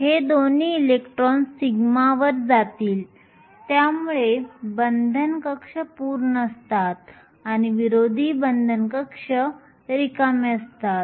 हे दोन्ही इलेक्ट्रॉन σ वर जातील त्यामुळे बंधन कक्ष पूर्ण असतात आणि विरोधी बंधन कक्ष रिक्त असतात